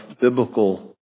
biblical